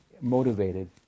motivated